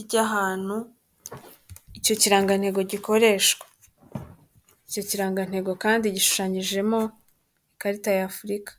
ry'ahantu icyo kirangantego gikoreshwa, icyo kirangantego kandi gishushanyijemo ikarita ya Afurika.